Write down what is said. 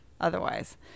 otherwise